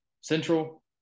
Central